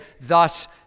thus